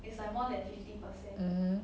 oh